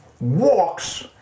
walks